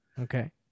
Okay